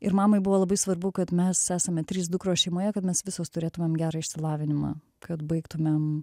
ir mamai buvo labai svarbu kad mes esame trys dukros šeimoje kad mes visos turėtumėm gerą išsilavinimą kad baigtumėm